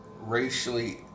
racially